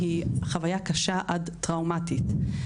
היא חוויה קשה וטראומטית.